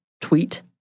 tweet